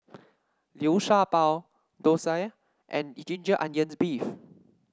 Liu Sha Bao Dosa and Ginger Onions beef